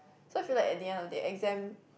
so you feel like at the end of the day exam